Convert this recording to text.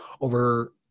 Over